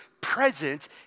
present